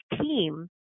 team